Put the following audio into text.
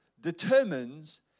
determines